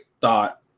thought